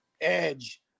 edge